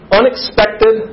unexpected